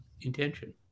intention